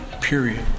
Period